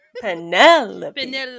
Penelope